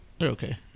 okay